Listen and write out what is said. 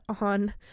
on